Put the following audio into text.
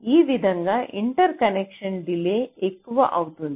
ఆ విధంగా interconnection delay ఎక్కువ అవుతుంది